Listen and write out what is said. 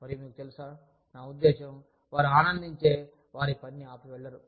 మరియు మీకు తెలుసానా ఉద్దేశ్యం వారు ఆనందించే వారి పనిని ఆపి వెళ్లరు